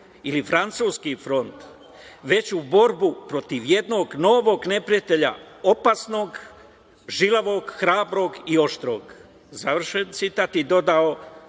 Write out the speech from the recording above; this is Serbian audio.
ili francuski front, već u borbu protiv jednog novog neprijatelja, opasnog, žilavog, hrabrog i oštrog“. Završen citat. I dodao,